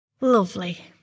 Lovely